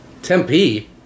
Tempe